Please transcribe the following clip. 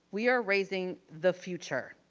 we are raising the future.